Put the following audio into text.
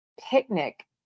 picnic